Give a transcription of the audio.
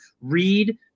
read